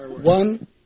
One